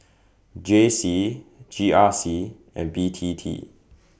J C G R C and B T T